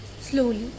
slowly